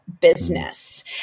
business